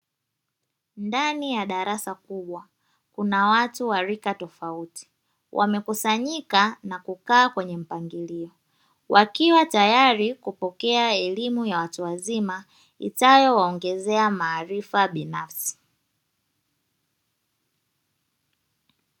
Ndani ya darsa kubwa, kuna watu wa rika tofauti, wamekusanyika na kukaa kwa mpangirio, wakiwa tayali kupokea elimu ya watu wazima itayo waongezea maalifa binafsi.